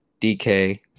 DK